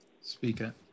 Speaker